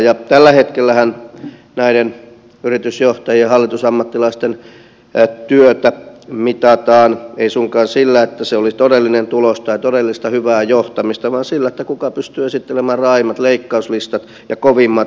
ja tällä hetkellähän näiden yritysjohtajien hallitusammattilaisten työtä mitataan ei suinkaan sillä että se olisi todellinen tulos tai todellista hyvää johtamista vaan sillä kuka pystyy esittelemään raaimmat leikkauslistat ja kovimmat saneeraukset